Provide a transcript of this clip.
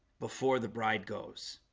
before the bride goes